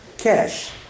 cash